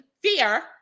fear